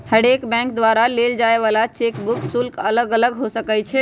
हरेक बैंक द्वारा लेल जाय वला चेक बुक शुल्क अलग अलग हो सकइ छै